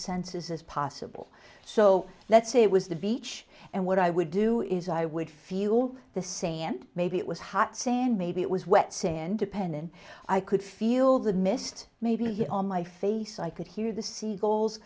senses as possible so let's say it was the beach and what i would do is i would feel the same and maybe it was hot sand maybe it was wet sand then i could feel the mist maybe on my face i could hear the seagulls